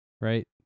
right